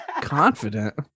confident